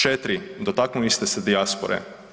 4, dotaknuli ste se dijaspore.